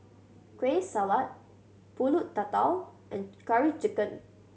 Kueh Salat Pulut Tatal and Curry Chicken